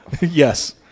Yes